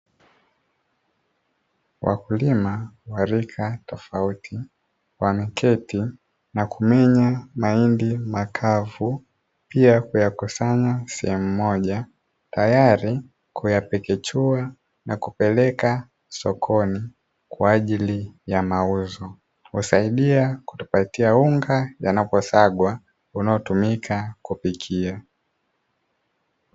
Wakulima wa rika tofauti wameketi na kumenya mahindi makavu pia kuyakusanya sehemu moja, tayari kuyapekechua na kupeleka sokoni kwa ajili ya mauzo. Husaidia kutupatia unga yanaposagwa unaotumika kupikia.